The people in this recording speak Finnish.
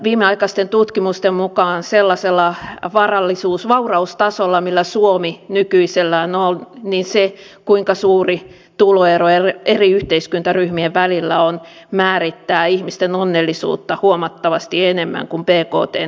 viimeaikaisten tutkimusten mukaan sellaisella vauraustasolla millä suomi nykyisellään on se kuinka suuria tuloeroja eri yhteiskuntaryhmien välillä on määrittää ihmisten onnellisuutta huomattavasti enemmän kuin bktn heilahdukset